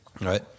right